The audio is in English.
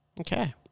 okay